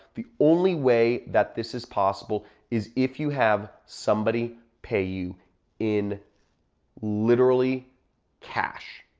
the only way that this is possible is if you have somebody pay you in literally cash.